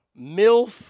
Milf